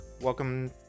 welcome